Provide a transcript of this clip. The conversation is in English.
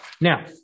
Now